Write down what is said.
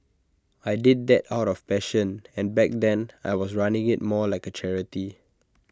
I did that out of passion and back then I was running IT more like A charity